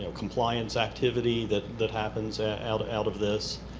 you know compliance activity that that happens out out of this?